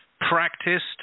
practiced